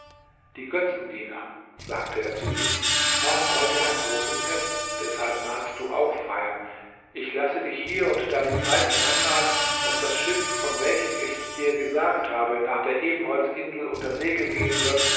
die götzendiener sagte er zu ihm haben heute ein großes fest deshalb magst du auch feiern ich lasse dich hier und da die zeit herannaht daß das schiff von welchem ich dir gesagt habe nach der ebenholzinsel unter segel gehen wird